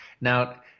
Now